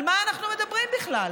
על מה אנחנו מדברים בכלל?